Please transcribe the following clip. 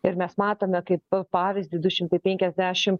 ir mes matome kaip pavyzdį du šimtai penkiasdešim